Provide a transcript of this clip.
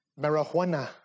Marijuana